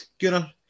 Gunnar